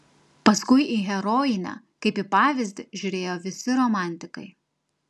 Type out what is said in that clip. paskui į herojinę kaip į pavyzdį žiūrėjo visi romantikai